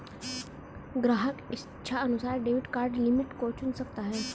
ग्राहक इच्छानुसार debit card limit को चुन सकता है